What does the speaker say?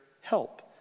help